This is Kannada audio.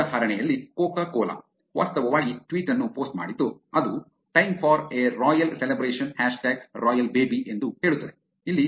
ಈ ಉದಾಹರಣೆಯಲ್ಲಿ ಕೊಕೊಕೋಲಾ ವಾಸ್ತವವಾಗಿ ಟ್ವೀಟ್ ಅನ್ನು ಪೋಸ್ಟ್ ಮಾಡಿದ್ದು ಅದು 'time for a royal celebration hashtag royal baby' 'Time for a Royal Celebration hashtag Royalbaby' ಎಂದು ಹೇಳುತ್ತದೆ